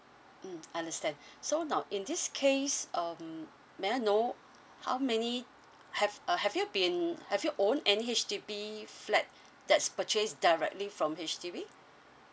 mm understand so now in this case um may I know how many have uh have you been have your own and H_D_B flat that's purchased directly from H_D_B